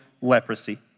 leprosy